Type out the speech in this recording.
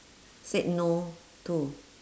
said no to